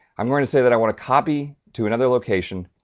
i'm going to say that i want to copy to another location.